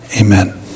Amen